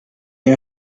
you